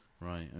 Right